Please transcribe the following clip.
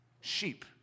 sheep